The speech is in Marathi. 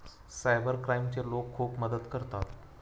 सायबर क्राईमचे लोक खूप मदत करतात